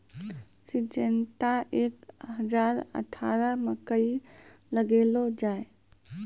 Syngenta एक हजार अठारह मकई लगैलो जाय?